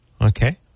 Okay